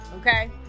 okay